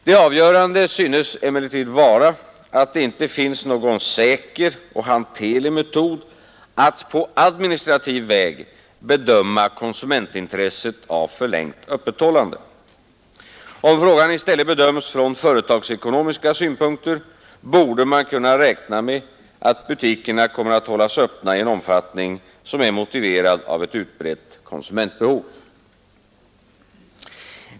Det avgörande synes emellertid vara att det inte finns någon säker och hanterlig metod att på administrativ väg bedöma konsumentintresset av förlängt öppethållande. Om frågan i stället bedöms från företagsekonomiska synpunkter borde man kunna räkna med att butikerna kommer att hållas öppna i en omfattning som är motiverad av ett utbrett konsumentbehov.